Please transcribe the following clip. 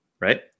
right